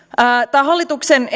tämä hallituksen